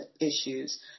issues